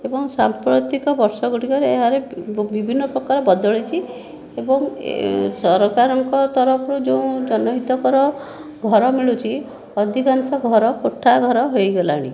ଏବଂ ସାମ୍ପ୍ରତିକ ବର୍ଷଗୁଡ଼ିକରେ ଏହାର ବିଭିନ୍ନ ପ୍ରକାର ବଦଳିଛି ଏବଂ ସରକାରଙ୍କ ତରଫରୁ ଯେଉଁ ଜନହିତକର ଘର ମିଳୁଛି ଅଧିକାଂଶ ଘର କୋଠାଘର ହୋଇଗଲାଣି